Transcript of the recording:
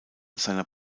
seiner